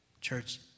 Church